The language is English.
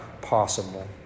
possible